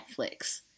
Netflix